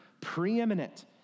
preeminent